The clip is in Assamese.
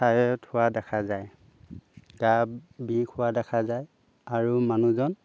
থাইৰয়ড হোৱা দেখা যায় গা বিষ হোৱা দেখা যায় আৰু মানুহজন